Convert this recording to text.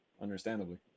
understandably